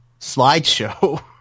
slideshow